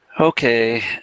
okay